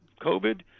COVID